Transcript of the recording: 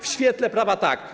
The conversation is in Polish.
W świetle prawa tak.